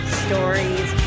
stories